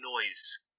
noise